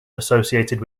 associated